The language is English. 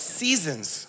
seasons